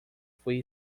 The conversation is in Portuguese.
foi